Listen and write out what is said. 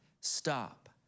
Stop